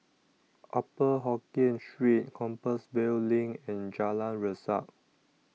Upper Hokkien Street Compassvale LINK and Jalan Resak